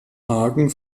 hagen